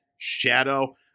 Shadow